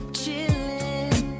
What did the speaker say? chilling